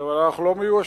אבל אנחנו לא מיואשים,